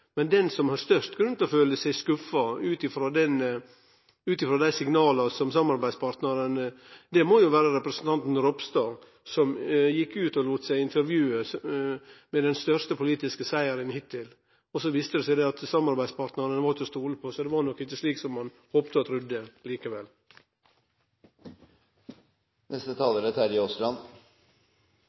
men han som har størst grunn til å føle seg skuffa utifrå dei signala som samarbeidspartnarane gav, må jo vere representanten Ropstad, som gjekk ut og lét seg intervjue om den største politiske sigeren hittil, og så viste det seg at samarbeidspartnarane ikkje var til å stole på. Det var nok ikkje slik som han håpte og trudde likevel. Det skulle kanskje vært unødvendig å ta ordet for annen gang i en sak hvor komiteen er